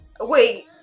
wait